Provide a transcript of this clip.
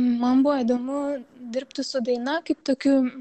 man buvo įdomu dirbti su daina kaip tokiu